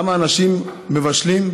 כמה אנשים מבשלים,